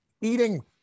eating